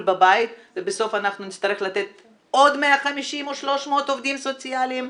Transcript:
בבית ובסוף אנחנו נצטרך לתת עוד 150 או 300 עובדים סוציאליים,